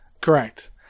Correct